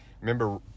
Remember